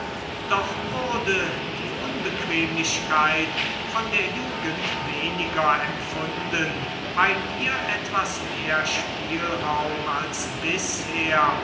doch wurde die unbequemlichkeit von der jugend weniger empfunden weil ihr etwas mehr spielraum als bisher